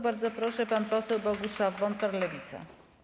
Bardzo proszę, pan poseł Bogusław Wontor, Lewica.